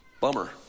bummer